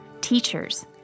Teachers